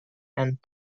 and